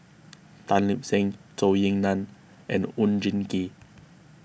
Tan Lip Seng Zhou Ying Nan and Oon Jin Gee